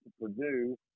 Purdue